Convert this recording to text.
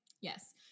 Yes